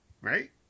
Right